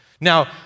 Now